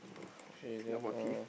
Singapore thief